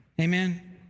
amen